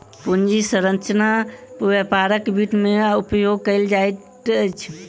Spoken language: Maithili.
पूंजी संरचना व्यापारक वित्त में उपयोग कयल जाइत अछि